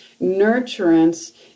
nurturance